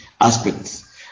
aspects